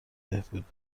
بهبود